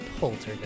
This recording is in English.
Poltergeist